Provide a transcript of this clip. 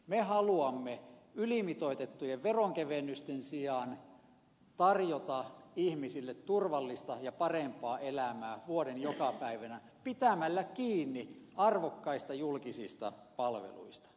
me haluamme ylimitoitettujen veronkevennysten sijaan tarjota ihmisille turvallista ja parempaa elämää vuoden jokaisena päivänä pitämällä kiinni arvokkaista julkisista palveluista